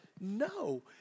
No